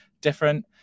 different